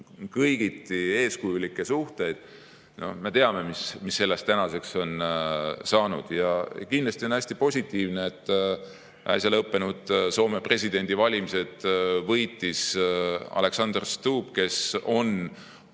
kõigiti eeskujulikke suhteid. No me teame, mis sellest tänaseks on saanud. Kindlasti on hästi positiivne, et äsja lõppenud Soome presidendivalimised võitis Alexander Stubb, kes on